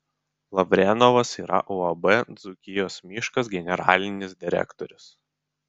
lavrenovas yra uab dzūkijos miškas generalinis direktorius